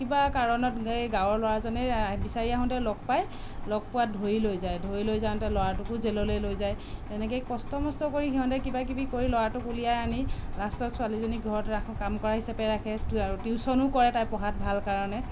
কিবা কাৰণত এই গাঁৱৰ ল'ৰাজনেই বিচাৰি আহোঁতে লগ পায় লগ পোৱাত ধৰি লৈ যায় ধৰি লৈ যাওঁতে ল'ৰাটোকো জেললৈ লৈ যায় এনেকে কষ্ট মষ্ট কৰি সিহঁতে কিবা কিবি কৰি ল'ৰাটোক উলিয়াই আনি লাষ্টত ছোৱালীজনীক ঘৰত ৰাখে কাম কৰা হিচাপে ৰাখে আৰু টিউচনো কৰে তাই পঢ়াত ভাল কাৰণে